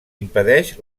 impedeix